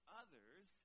others